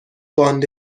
باند